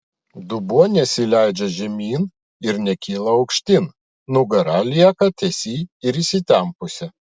dubuo nesileidžia žemyn ir nekyla aukštyn nugara lieka tiesi ir įsitempusi